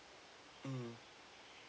mm